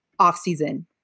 offseason